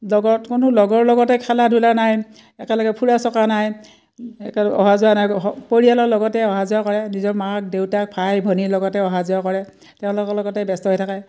লগত কোনো লগৰ লগতে খেলা ধূলা নাই একেলগে ফুৰা চকা নাই এক অহা যোৱা নাই পৰিয়ালৰ লগতে অহা যোৱা কৰে নিজৰ মাক দেউতাক ভাই ভনীৰ লগতে অহা যোৱা কৰে তেওঁলোকৰ লগতে ব্যস্ত হৈ থাকে